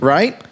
Right